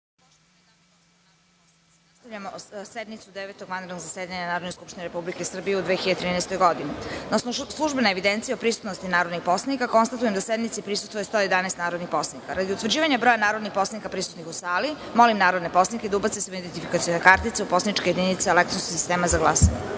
sednicu Devetog vanrednog zasedanja Narodne skupštine Republike Srbije u 2013. godini. Na osnovu službene evidencije o prisutnosti narodnih poslanika, konstatujem da sednici prisustvuje 111 narodnih poslanika. Radi utvrđivanja broja narodnih poslanika prisutnih u sali, molim narodne poslanike da ubace svoje identifikacione kartice u poslaničke jedinice elektronskog sistema za